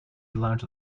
lounge